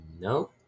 no